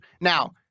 Now